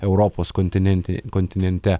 europos kontinente kontinente